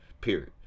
Period